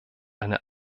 eine